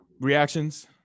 Reactions